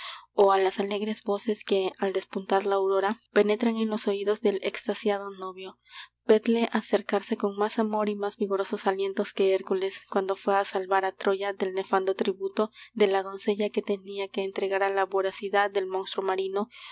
ó á las alegres voces que al despuntar la aurora penetran en los oidos del extasiado novio vedle acercarse con más amor y más vigorosos alientos que hércules cuando fué á salvar á troya del nefando tributo de la doncella que tenia que entregar á la voracidad del mónstruo marino